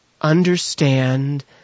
understand